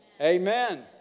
Amen